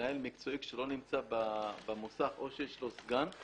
מנהל מקצועי כשלא נמצא במוסך או כשיש לו סגן,